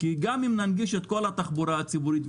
כי גם אם ננגיש את כל התחבורה הציבורית,